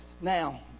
Now